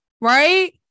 right